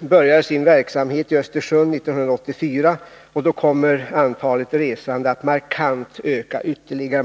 börjar sin verksamhet i Östersund 1984, och då kommer antalet resande att ytterligare öka markant.